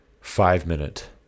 five-minute